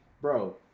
bro